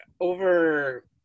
over